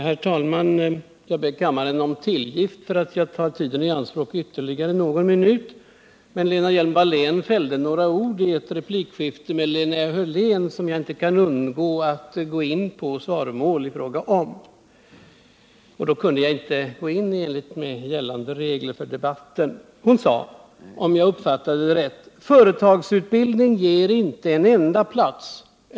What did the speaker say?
Herr talman! Jag ber kammaren om tillgift för att jag tar tiden i anspråk ytterligare någon minut. Men Lena Hjelm-Wallén fällde några ord i ett replikskifte med Linnea Hörlén, som jag inte kan undvika att gå i svaromål på. Jag kunde inte gå in då, enligt gällande regler för debatten. Lena Hjelm-Wallén sade, om jag uppfattade det rätt, ungefär så här: Företagsutbildning ger inte en enda plats.